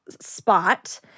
spot